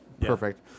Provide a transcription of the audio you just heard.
Perfect